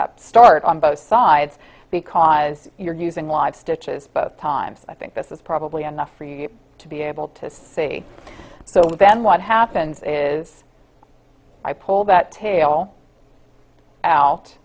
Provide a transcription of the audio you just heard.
up start on both sides because you're using live stitches both times i think this is probably enough for you to be able to see so then what happens is i pull that tail out